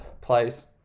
place